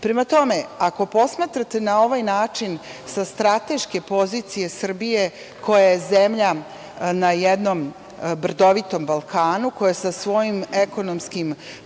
iz EU.Ako posmatrate na ovaj način sa strateške pozicije Srbije koja je zemlja na jednom brdovitom Balkanu, koja je sa svojim ekonomskim